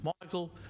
Michael